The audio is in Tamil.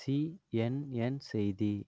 சிஎன்என் செய்தி